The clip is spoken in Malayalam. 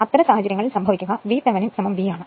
അത്തരം സാഹചര്യങ്ങളിൽ സംഭവിക്കുക VThevenin V ആണ്